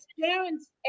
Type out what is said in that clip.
parents